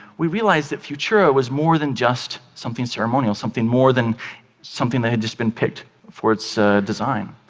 we realize that futura was more than just something ceremonial, something more than something that had just been picked for its design.